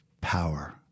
power